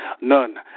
none